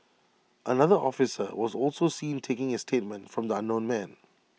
another officer was also seen taking A statement from the unknown man